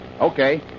Okay